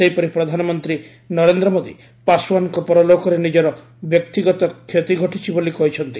ସେହିପରି ପ୍ରଧାନମନ୍ତ୍ରୀ ନରେନ୍ଦ୍ର ମୋଦୀ ପାଶ୍ୱାନଙ୍କ ପରଲୋକରେ ନିଜର ବ୍ୟକ୍ତିଗତ କ୍ଷତି ଘଟିଛି ବୋଲି କହିଛନ୍ତି